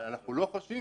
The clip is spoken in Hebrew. אבל אנחנו לא חושבים